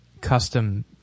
custom